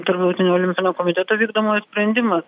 tarptautinio olimpinio komiteto vykdomojo sprendimas